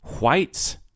Whites